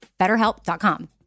BetterHelp.com